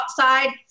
outside